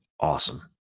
awesome